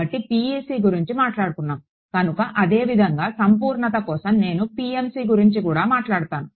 కాబట్టి PEC గురించి మాట్లాడుకున్నాము కనుక అదే విధంగా సంపూర్ణత కోసమే నేను PMC గురించి కూడా మాట్లాడతాను